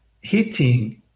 hitting